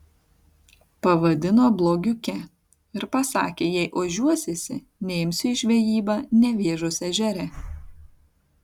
pavadino blogiuke ir pasakė jei ožiuosiesi neimsiu į žvejybą nevėžos ežere